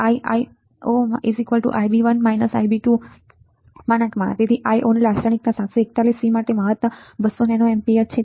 Iio | Ib1 Ib2 | Iio લાક્ષણિક 741C માટે મહત્તમ 200 nA છે